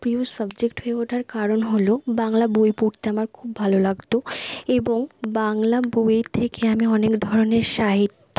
প্রিয় সাবজেক্ট হয়ে ওঠার কারণ হলো বাংলা বই পড়তে আমার খুব ভালো লাগতো এবং বাংলা বইয়ের থেকে আমি অনেক ধরনের সাহিত্য